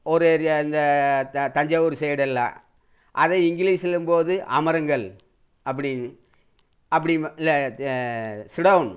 ஒரு ஏரியா இந்த தஞ்சாவூர் சைடெல்லாம் அதே இங்கிலீஷ்லம்போது அமருங்கள் அப்படின்னு அப்படி இல்லை சிடவுன்